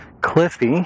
Cliffy